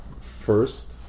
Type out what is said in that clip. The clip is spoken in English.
first